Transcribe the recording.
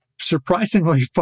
surprisingly